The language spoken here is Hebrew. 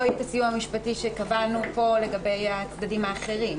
לא את הסיוע המשפטי כפי שקבענו פה לגבי הצדדים האחרים,